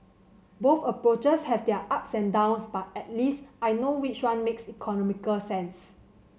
both approaches have their ups and downs but at least I know which one makes economical sense